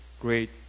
great